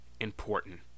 important